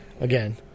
again